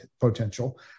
potential